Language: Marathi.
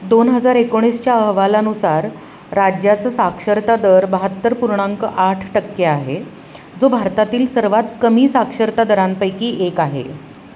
दोन हजार एकोणीसच्या अहवालानुसार राज्याचा साक्षरता दर बहात्तर पूर्णांक आठ टक्के आहे जो भारतातील सर्वात कमी साक्षरता दरांपैकी एक आहे